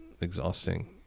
exhausting